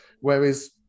Whereas